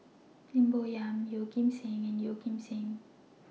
Lim Bo Yam Yeoh Ghim Seng and Yeo Kim Seng